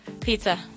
Pizza